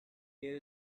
there